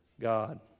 God